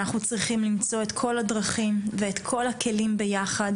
ואנחנו צריכים למצוא את כל הדרכים ואת כל הכלים ביחד,